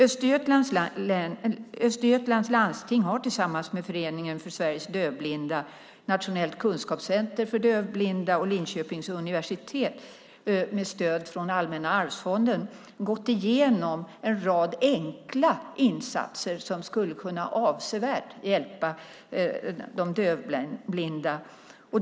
Östergötlands landsting har tillsammans med Föreningen Sveriges Dövblinda, Nationellt Kunskapscenter för dövblindfrågor och Linköpings universitet med stöd från Allmänna arvsfonden gått igenom en rad enkla insatser som avsevärt skulle kunna hjälpa de dövblinda.